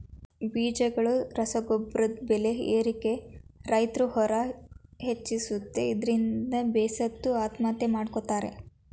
ಬೀಜಗಳು ರಸಗೊಬ್ರದ್ ಬೆಲೆ ಏರಿಕೆ ರೈತ್ರ ಹೊರೆ ಹೆಚ್ಚಿಸುತ್ತೆ ಇದ್ರಿಂದ ಬೇಸತ್ತು ಆತ್ಮಹತ್ಯೆ ಮಾಡ್ಕೋತಾರೆ